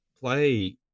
play